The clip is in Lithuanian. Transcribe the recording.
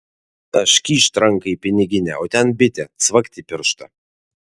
aš kyšt ranką į piniginę o ten bitė cvakt į pirštą